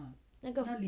那个